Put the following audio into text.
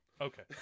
Okay